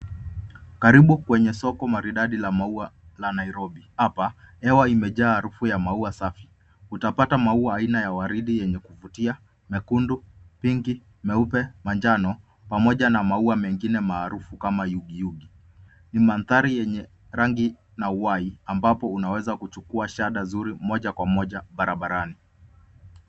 Karibu kwenye soko maridadi la maua la Nairobi. Hapa, hewa imejaa harufu ya maua safi. Utapata maua aina ya waridi yenye kuvutia, mekundu, pinki, meupe, majano, pamoja na maua mengine maarufu kama yugiyugi. Ni mandhari yenye rangi na uhai, ambapo unaweza kuchukua shada nzuri moja kwa moja barabarani.